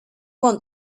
want